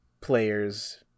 players